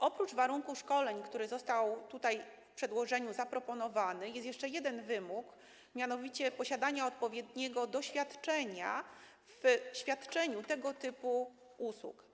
Oprócz warunku szkoleń, który został w przedłożeniu zaproponowany, jest jeszcze jeden wymóg, mianowicie wymóg posiadania odpowiedniego doświadczenia w świadczeniu tego typu usług.